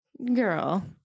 Girl